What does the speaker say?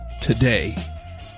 today